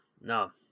no